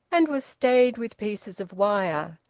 and was stayed with pieces of wire.